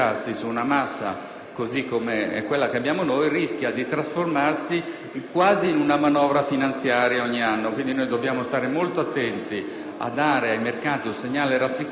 Grazie.